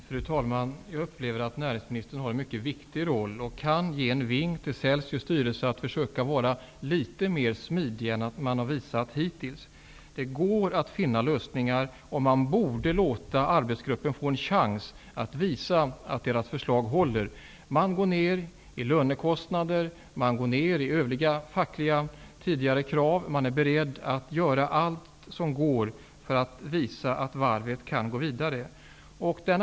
Fru talman! Jag upplever att näringsministern har en mycket viktig roll och kan ge en vink till Celsius styrelse att försöka vara litet mer smidig än vad man hittills har varit. Det går att finna lösningar, och man borde låta arbetsgruppen få en chans att visa att dess förslag håller. Enligt gruppens förslag går man ned när det gäller lönekostnader och när det gäller övriga fackliga krav som man tidigare har ställt. Man är beredd att göra allt som går för att visa att varvet kan leva vidare.